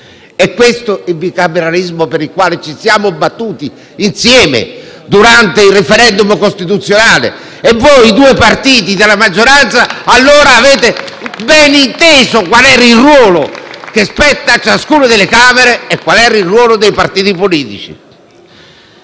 È questo il bicameralismo per il quale ci siamo battuti insieme durante il *referendum* costituzionale? *(Applausi dal Gruppo FI-BP)*. E voi, partiti della maggioranza, allora avevate bene inteso qual era il ruolo che spetta a ciascuna delle Camere e qual era il ruolo dei partiti politici.